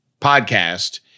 podcast